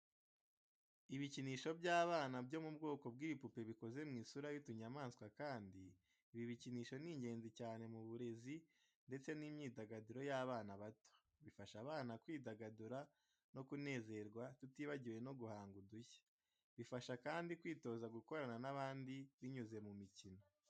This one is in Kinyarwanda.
Ibikinisho by’abana byo mu bwoko bw'ibipupe bikoze mu isura y'utunyamaswa kandi ibi bikinisho ni ingenzi cyane mu burezi ndetse n’imyidagaduro y’abana bato. Bifasha abana kwidagadura no kunezerwa tutibagiwe no guhanga udushya. Bibafasha kandi kwitoza gukorana n’abandi binyuze mu mikino.